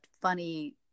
funny